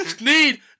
need